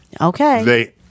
Okay